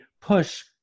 push